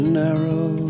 narrow